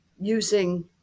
using